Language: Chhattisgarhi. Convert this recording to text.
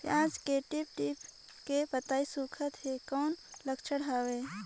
पियाज के टीप टीप के पतई सुखात हे कौन लक्षण हवे?